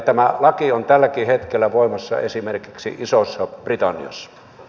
tämä laki on tälläkin hetkellä voimassa esimerkiksi isossa britanniassa